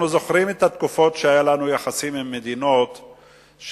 אנחנו זוכרים את התקופות שבהן היו לנו יחסים עם מדינות שההקפאה,